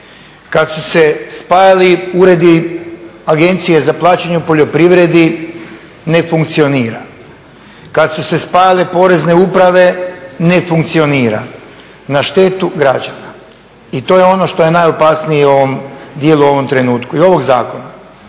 Kad su se spajali uredi Agencije za plaćanje u poljoprivredi ne funkcionira. Kad su se spajale porezne uprave ne funkcionira, na štetu građana. I to je ono što je najopasnije u ovom dijelu i ovom trenutku i ovog zakona.